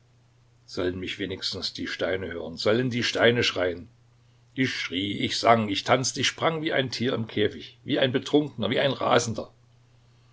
sollen mich wenigstens die steine hören sollen die steine schreien ich schrie ich sang ich tanzte ich sprang wie ein tier im käfig wie ein betrunkener wie ein rasender